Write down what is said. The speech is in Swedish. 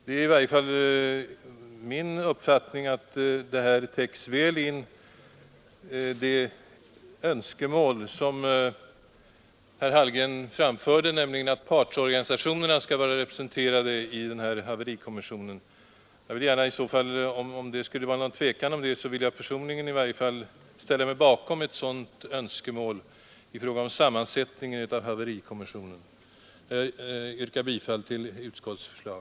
Det är i varje fall min uppfattning att detta väl täcker det önskemål som herr Hallgren framförde, nämligen att partsorganisationerna skall vara representerade i denna haverikommission. Om det skulle vara någon tvekan om det, så vill jag åtminstone personligen ställa mig bakom ett sådant önskemål i fråga om sammansättningen av haverikommissionen. Jag yrkar bifall till utskottets förslag.